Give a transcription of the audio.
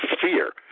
fear